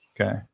Okay